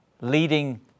leading